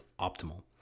optimal